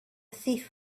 thief